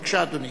בבקשה, אדוני.